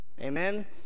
Amen